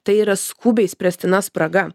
tai yra skubiai spręstina spraga